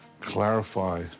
clarify